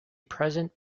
present